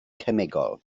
cemegol